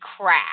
crap